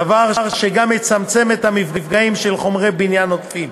דבר שגם יצמצם את המפגעים של חומרי בניין עודפים.